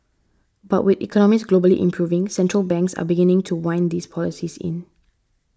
but with economies globally improving central banks are beginning to wind those policies in